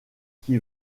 qui